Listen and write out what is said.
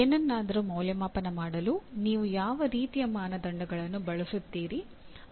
ಏನನ್ನಾದರೂ ಮೌಲ್ಯಮಾಪನ ಮಾಡಲು ನೀವು ಯಾವ ರೀತಿಯ ಮಾನದಂಡಗಳನ್ನು ಬಳಸುತ್ತೀರಿ